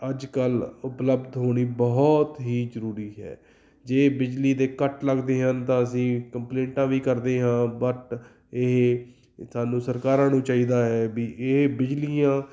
ਅੱਜ ਕੱਲ੍ਹ ਉਪਲਬਧ ਹੋਣੀ ਬਹੁਤ ਹੀ ਜ਼ਰੂਰੀ ਹੈ ਜੇ ਬਿਜਲੀ ਦੇ ਕੱਟ ਲੱਗਦੇ ਹਨ ਤਾਂ ਅਸੀਂ ਕੰਪਲੇਟਾਂ ਵੀ ਕਰਦੇ ਹਾਂ ਬਟ ਇਹ ਸਾਨੂੰ ਸਰਕਾਰਾਂ ਨੂੰ ਚਾਹੀਦਾ ਹੈ ਵੀ ਇਹ ਬਿਜਲੀਆਂ